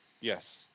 Yes